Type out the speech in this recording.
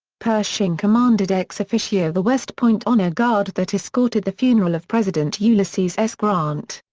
pershing commanded ex officio the west point honor guard that escorted the funeral of president ulysses s. grant.